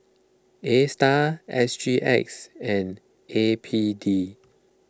Astar S G X and A P D